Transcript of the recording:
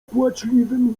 płaczliwym